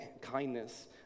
kindness